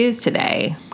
Today